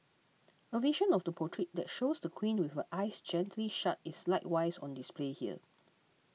a version of the portrait that shows the Queen with her eyes gently shut is likewise on display here